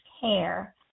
care